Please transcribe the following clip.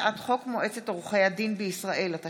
הצעת חוק הסדרים במשק המדינה (תיקוני חקיקה להשגת יעדי התקציב) (תיקון,